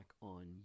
on